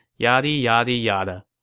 yadi yadi yada.